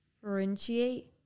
differentiate